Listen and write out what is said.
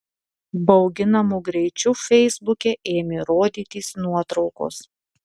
bauginamu greičiu feisbuke ėmė rodytis nuotraukos